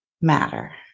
matter